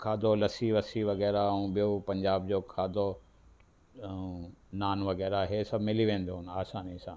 खाधो लस्सी वस्सी वग़ैरह ऐं ॿियो पंजाब जो खाधो ऐं अ नान वग़ैरह हीअ सभु मिले वेंदो आसानी सां